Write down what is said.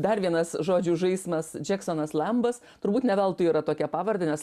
dar vienas žodžių žaismas džeksonas lambas turbūt ne veltui yra tokia pavarde nes